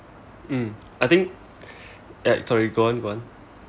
mm I think ya sorry go on go on